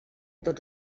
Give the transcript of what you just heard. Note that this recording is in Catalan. tots